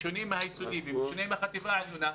בשונה מבתי הספר היסודיים ובשונה מהחטיבה העליונה.